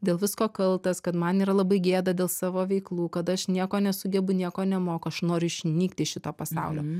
dėl visko kaltas kad man yra labai gėda dėl savo veiklų kad aš nieko nesugebu nieko nemoku aš noriu išnykt iš šito pasaulio